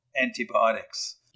antibiotics